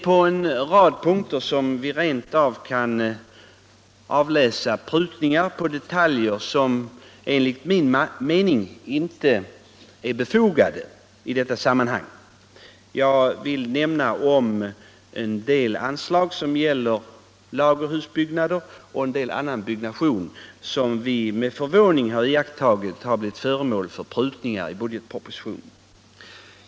På en rad punkter kan vi rent av avläsa prutningar som enligt min mening inte är befogade. Jag kan nämna anslag till lagerhusbyggnader och en del annan byggnation, och det är med förvåning jag har iakttagit dessa prutningar.